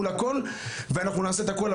מול הכל ואנחנו נעשה את הכל,